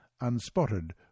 unspotted